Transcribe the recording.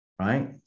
right